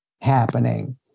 happening